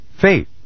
Faith